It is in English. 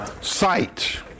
sight